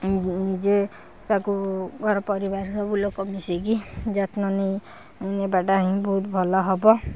ଆମକୁ ନିଜେ ତାକୁ ଘର ପରିବାର ସବୁ ଲୋକ ମିଶିକି ଯତ୍ନ ନେଇ ନେବାଟା ହିଁ ବହୁତ ଭଲ ହେବ